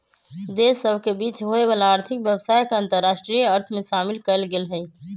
देश सभ के बीच होय वला आर्थिक व्यवसाय के अंतरराष्ट्रीय अर्थ में शामिल कएल गेल हइ